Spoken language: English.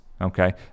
Okay